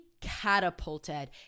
catapulted